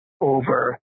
over